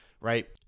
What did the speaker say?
right